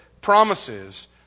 promises